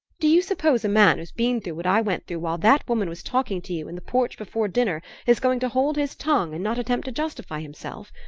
do you suppose a man who's been through what i went through while that woman was talking to you in the porch before dinner is going to hold his tongue, and not attempt to justify himself?